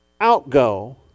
outgo